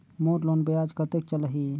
मोर loan ब्याज कतेक चलही?